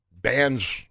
bands